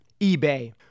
eBay